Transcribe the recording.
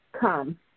come